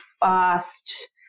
fast